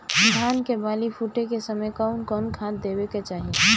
धान के बाली फुटे के समय कउन कउन खाद देवे के चाही?